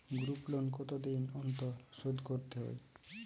Group loan কতদিন অন্তর শোধকরতে হয়?